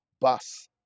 bus